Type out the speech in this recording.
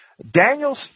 Daniel's